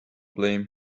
blame